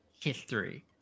history